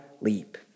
leap